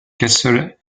castle